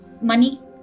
money